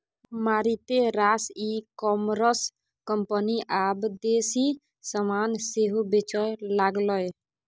मारिते रास e commerce company आब देसी समान सेहो बेचय लागलै